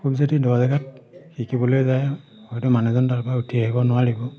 খুব যদি দ জেগাত শিকিবলৈ যায় হয়টো মানুহজন তাৰ পৰা উঠি আহিব নোৱাৰিব